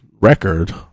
record